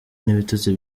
n’ibitutsi